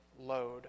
load